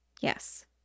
Yes